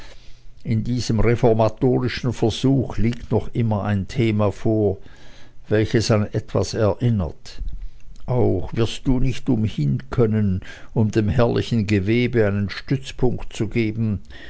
in diesem reformatorischen versuch liegt noch immer ein thema vor welches an etwas erinnert auch wirst du nicht umhinkönnen um dem herrlichen gewebe einen stützpunkt zu geben